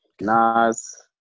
Nas